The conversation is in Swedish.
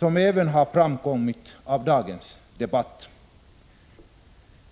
vilket även har framgått av dagens debatt.